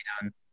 done